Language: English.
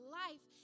life